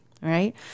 right